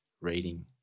reading